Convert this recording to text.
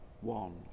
one